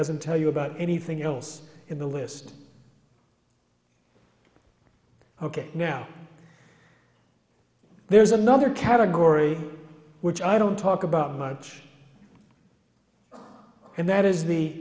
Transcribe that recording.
doesn't tell you about anything else in the list ok now there's another category which i don't talk about much and that is the